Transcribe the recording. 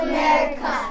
America